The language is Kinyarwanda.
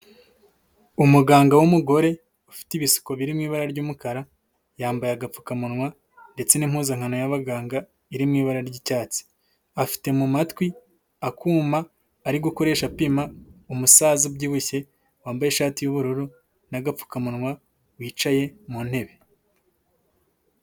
Umuganga w'umugore ufite ibisuko biririmo ibara ry'umukara, yambaye agapfukamunwa ndetse n'impuzankano y’abaganga iri mu ibara ry'icyatsi. Afite mu matwi akuma ari gukoresha apima. Umusaza ubyibushye, wambaye ishati y’ubururu, n’agapfukamunwa, wicaye mu ntebe.